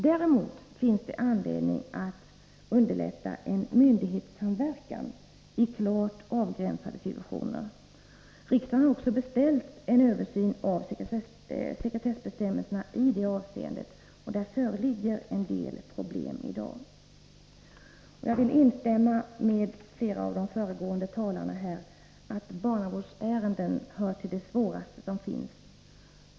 Däremot finns det anledning att underlätta en myndighetssamverkan i klart avgränsade situationer. Riksdagen har också beställt en översyn av sekretessbestämmelserna i det avseendet. Där föreligger en del problem i dag. Jag vill instämma i vad flera av de föregående talarna har sagt — att barnavårdsärenden hör till det svåraste som finns.